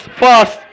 fast